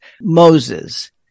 Moses